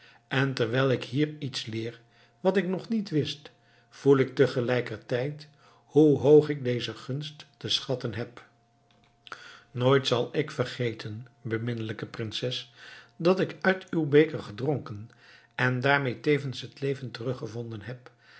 en terwijl ik hier iets leer wat ik nog niet wist voel ik tegelijkertijd hoe hoog ik deze gunst te schatten heb nooit zal ik vergeten beminnelijke prinses dat ik uit uw beker gedronken en daarmee tevens het leven teruggevonden heb